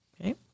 Okay